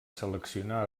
seleccionar